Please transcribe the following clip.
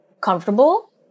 comfortable